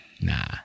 nah